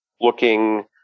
looking